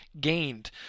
gained